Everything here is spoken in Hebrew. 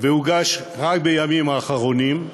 והוגש רק בימים האחרונים,